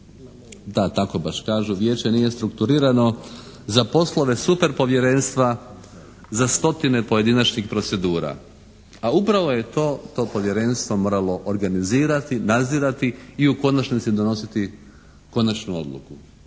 da, tako baš kažu Vijeće nije strukturirano za poslove super povjerenstva za stotine pojedinačnih procedura. A upravo je to to povjerenstvo moralo organizirati, nadzirati i u konačnici donositi konačnu odluku.